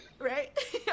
Right